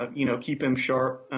ah you know, keep him sharp,